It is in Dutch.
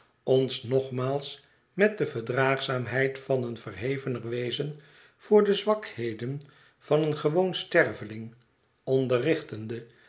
ons nogmaals met de verdraagzaamheid van een verhevener wezen voor de zwakheden van een gewoon sterveling